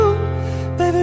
Baby